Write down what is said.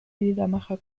liedermacher